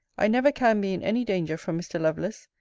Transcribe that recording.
i never can be in any danger from mr. lovelace,